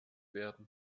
werden